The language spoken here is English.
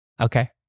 Okay